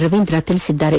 ರವೀಂದ್ರ ತಿಳಿಸಿದ್ದಾರೆ